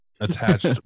attached